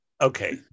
Okay